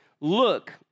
Look